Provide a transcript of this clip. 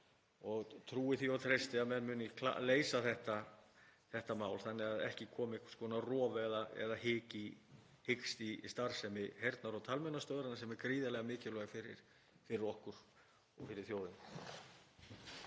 og trúi því og treysti að menn muni leysa þetta mál þannig að ekki komi einhvers konar rof eða hik í starfsemi Heyrnar- og talmeinastöðvarinnar sem er gríðarlega mikilvæg fyrir okkur og fyrir þjóðina.